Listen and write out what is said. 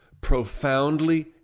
profoundly